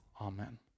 Amen